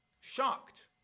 shocked